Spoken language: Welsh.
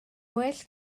well